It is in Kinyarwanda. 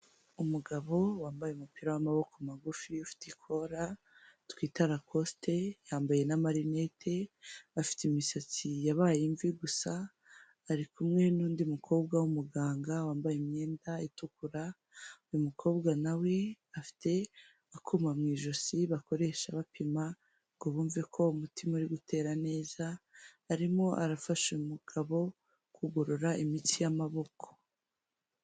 Umugabo wambaye umupira w'amaboko magufi ufite ikora twitara rakosite, yambaye n'amarinete, afite imisatsi yabaye imvi gusa ari kumwe n'undi mukobwa w'umuganga wambaye imyenda itukura, uyu mukobwa nawe afite akuma mu ijosi bakoresha bapima ngo bumve uko umutima uri gutera neza, arimo arafasha umugabo kugorora imitsi y'amaboko.